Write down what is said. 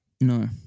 No